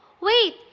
wait